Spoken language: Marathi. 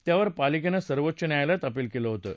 त्यावर पालिकेनं सर्वोच्च न्यायालयात अपिल केलं होतं